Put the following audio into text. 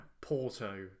Porto